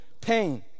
pain